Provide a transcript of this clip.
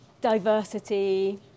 diversity